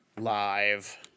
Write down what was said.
live